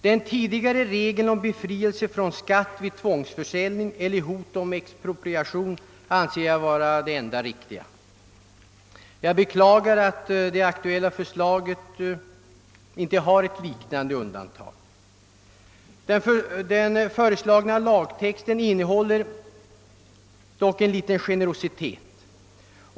Den tidigare regeln om befrielse från skatt vid tvångsförsäljning eller hot om expropriation anser jag vara den enda riktiga i detta sammanhang. Jag beklagar att det aktuella förslaget inte innehåller ett liknande undantag. Den föreslagna lagtexten inrymmer dock en liten generositet.